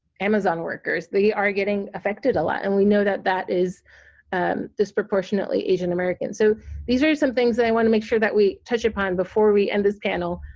amazon workers, they are getting affected a lot, and we know that that is disproportionately asian american. so these are some things that i want to make sure that we touch upon before we end this panel,